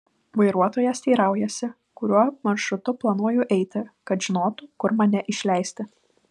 vairuotojas teiraujasi kuriuo maršrutu planuoju eiti kad žinotų kur mane išleisti